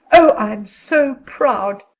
oh, i'm so proud!